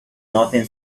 nothing